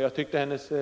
Jag tyckte att hennes